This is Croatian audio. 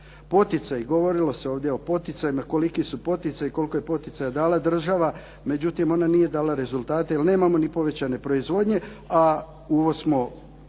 Poticaji, govorilo se ovdje o poticajima, koliki su poticaji, koliko je poticaja dala država, međutim onda nije dala rezultate jer nemamo ni povećane proizvodnje, a uvoz imamo